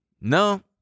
No